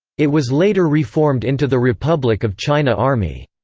it was later reformed into the republic of china army.